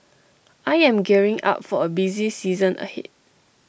I am gearing up for A busy season ahead